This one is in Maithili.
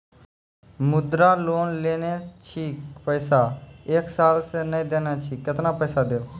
मुद्रा लोन लेने छी पैसा एक साल से ने देने छी केतना पैसा देब?